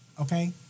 Okay